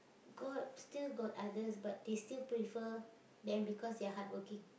got still got others but they still prefer them because they are hardworking